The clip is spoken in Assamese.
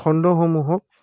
খণ্ডসমূহক